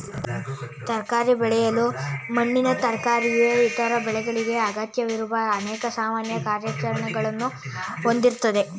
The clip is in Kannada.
ತರಕಾರಿ ಬೆಳೆಯಲು ಮಣ್ಣಿನ ತಯಾರಿಕೆಯು ಇತರ ಬೆಳೆಗಳಿಗೆ ಅಗತ್ಯವಿರುವ ಅನೇಕ ಸಾಮಾನ್ಯ ಕಾರ್ಯಾಚರಣೆಗಳನ್ನ ಹೊಂದಿರ್ತದೆ